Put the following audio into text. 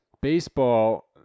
baseball